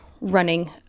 running